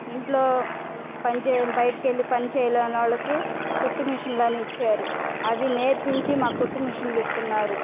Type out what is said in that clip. ఇంట్లో బయటికి వెళ్ళి పని చేయలేని వాళ్లకి కుట్టు మిషన్లని ఇచ్చారు అవి నేర్పించి మాకు కుట్టు మిషన్లు ఇస్తున్నారు